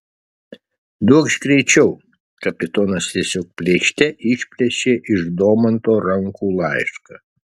duokš greičiau kapitonas tiesiog plėšte išplėšė iš domanto rankų laišką